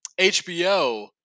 HBO